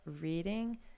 reading